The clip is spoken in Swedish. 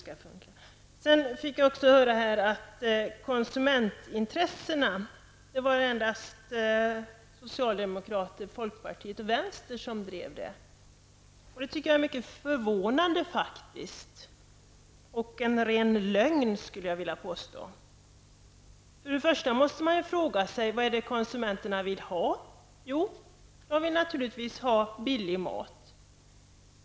Jag fick nu höra att det endast är socialdemokraterna, folkpartiet och vänsterpartiet som har drivit frågan om konsumentintresset. Jag tycker faktiskt att det är mycket förvånande, ren lögn, skulle jag vilja påstå. Man måste först och främst fråga sig vad det är konsumenterna vill ha. De vill naturligtvis ha billig mat.